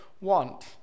want